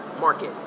market